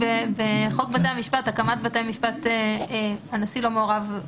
בחוק בתי המשפט, הקמת בתי משפט, הנשיא לא מעורב.